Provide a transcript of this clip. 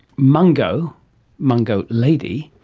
mungo mungo lady,